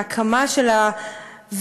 ההקמה של הוועדה,